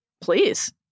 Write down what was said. Please